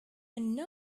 number